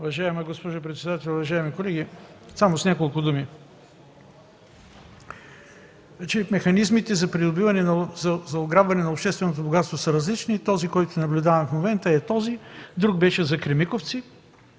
Уважаема госпожо председател, уважаеми колеги! Ще кажа само няколко думи. Механизмите за придобиване и ограбване на общественото богатство са различни. Този, който наблюдаваме в момента, е за Пловдивския панаир, друг беше за „Кремиковци”,